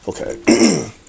Okay